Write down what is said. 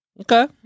Okay